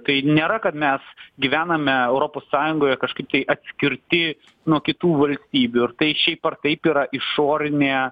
tai nėra kad mes gyvename europos sąjungoje kažkaip tai atskirti nuo kitų valstybių ir tai šiaip ar taip yra išorinė